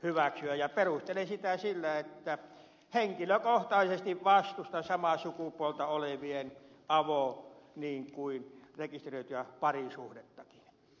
perustelen sitä sillä että henkilökohtaisesti vastustan samaa sukupuolta olevien avo niin kuin rekisteröityä parisuhdettakin